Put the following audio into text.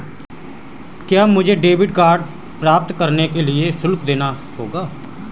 क्या मुझे debit card प्राप्त करने के लिए शुल्क देना होगा?